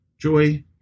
Joy